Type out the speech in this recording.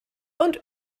und